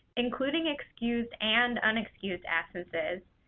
including excused and unexcused absences,